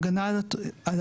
בהגנה על העוטף.